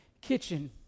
kitchen